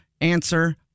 answer